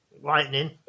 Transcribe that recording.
Lightning